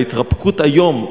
וההתרפקות היום,